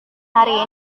hari